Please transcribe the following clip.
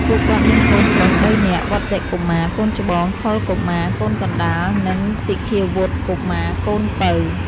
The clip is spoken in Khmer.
ពួកគាត់មានកូនប្រុសបីនាក់ វត្តិ កុមារ (កូនច្បង) ថុល កុមារ (កូនកណ្ដាល) និងទីឃាវុត្ត កុមារ (កូនពៅ)។